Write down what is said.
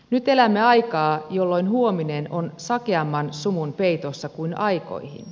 nyt elämme aikaa jolloin huominen on sakeamman sumun peitossa kuin aikoihin